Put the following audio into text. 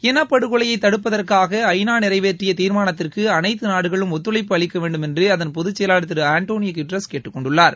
இனபடுகொலையை தடுப்பதற்காக ஐ நா நிறைவேற்றிய தீர்மானத்திற்கு அனைத்து நாடுகளும் ஒத்துழைப்பு அளிக்க வேண்டுமென்று அதன் பொதுச்செயலாளர் திரு ஆண்டனியோ குட்டரஸ் கேட்டுக் கொண்டுள்ளார்